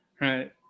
right